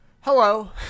Hello